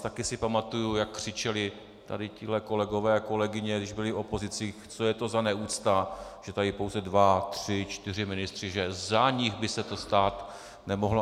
Taky si pamatuji, jak křičeli tady tihle kolegové a kolegyně, když byli v opozicích, co je to za neúctu, že jsou tady pouze dva tři čtyři ministři, že za nich by se to stát nemohlo.